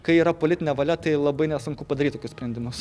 kai yra politinė valia tai labai nesunku padaryt tokius sprendimus